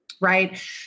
Right